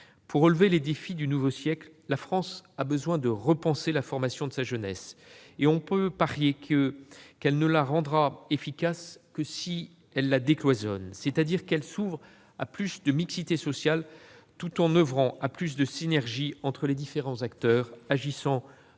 Pour relever les défis du nouveau siècle, la France a besoin de repenser la formation de sa jeunesse. On peut parier qu'elle ne la rendra efficace que si elle la décloisonne, c'est-à-dire si elle s'ouvre à plus de mixité sociale tout en oeuvrant à plus de synergie entre les différents acteurs, agissant de